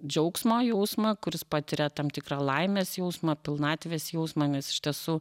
džiaugsmo jausmą kur jis patiria tam tikrą laimės jausmą pilnatvės jausmą nes iš tiesų